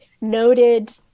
noted